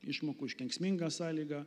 išmokų už kenksmingą sąlygą